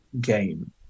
game